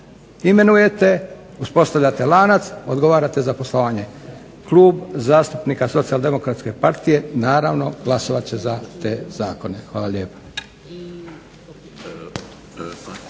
imenujete, uspostavljate lanac, odgovarate za poslovanje. Klub zastupnika Socijaldemokratske partije naravno glasovat će za te zakone. Hvala lijepo.